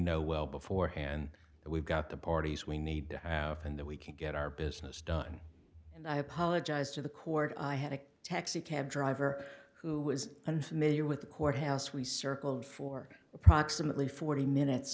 know well beforehand that we've got the parties we need to have and then we can get our business done and i apologize to the court i had a taxicab driver who was and may with the courthouse we circled for approximately forty minutes